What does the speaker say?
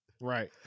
Right